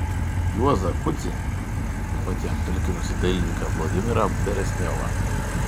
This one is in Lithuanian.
juozą kudzį taip pat jam talkinusį dailininką vladimirą beresniovą